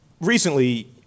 recently